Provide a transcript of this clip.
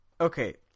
Okay